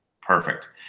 Perfect